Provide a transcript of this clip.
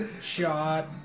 Shot